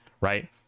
right